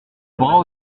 bras